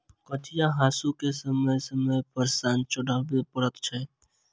कचिया हासूकेँ समय समय पर सान चढ़बय पड़ैत छै